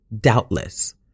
doubtless